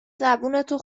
زبونتو